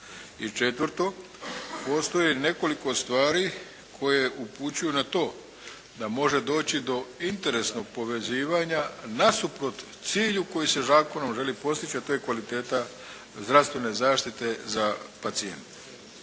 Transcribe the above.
I četvrto, postoji nekoliko stvari koje upućuju na to da može doći do interesnog povezivanja nasuprot cilju koji se zakonom želi postići, a to je kvaliteta zdravstvene zaštite za pacijente.